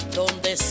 donde